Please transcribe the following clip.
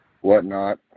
whatnot